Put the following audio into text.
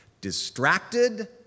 Distracted